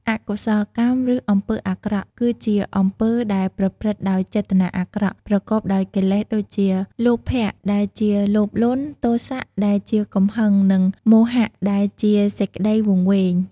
អកុសលកម្ម ឬ អំពើអាក្រក់ គឺជាអំពើដែលប្រព្រឹត្តដោយចេតនាអាក្រក់ ប្រកបដោយកិលេសដូចជា លោភៈដែលជា លោភលន់ ទោសៈ ដែលជា កំហឹង និងមោហៈ ដែលជា សេចក្តីវង្វេង។